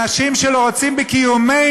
אנשים שלא רוצים בקיומנו,